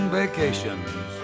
vacations